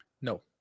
No